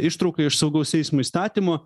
ištrauka iš saugaus eismo įstatymo